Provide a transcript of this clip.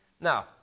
Now